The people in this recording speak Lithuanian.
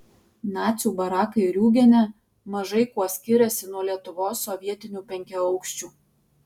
nacių barakai riūgene mažai kuo skiriasi nuo lietuvos sovietinių penkiaaukščių